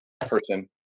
person